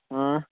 آ